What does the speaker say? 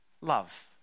love